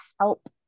help